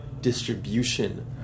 distribution